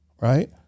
right